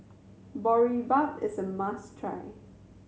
boribap is a must try